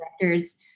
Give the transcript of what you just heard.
directors